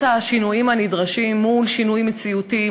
השינויים הנדרשים מול שינויים מציאותיים,